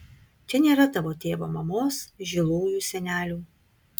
čia nėra tavo tėvo mamos žilųjų senelių